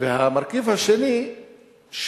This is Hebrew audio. המרכיב השני הוא,